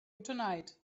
tonight